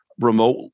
remote